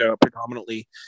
predominantly